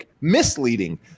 misleading